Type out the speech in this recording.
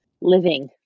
living